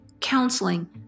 counseling